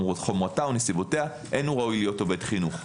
חומרתה או נסיבותיה אין הוא ראוי להיות עובד חינוך.